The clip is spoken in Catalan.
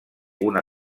una